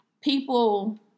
People